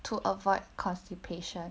to avoid constipation